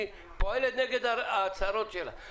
היא פועלת נגד ההצהרות שלה.